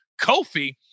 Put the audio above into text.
Kofi